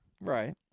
Right